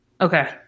Okay